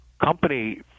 company